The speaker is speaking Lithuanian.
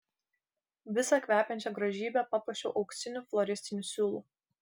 visą kvepiančią grožybę papuošiau auksiniu floristiniu siūlu